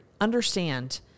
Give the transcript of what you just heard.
understand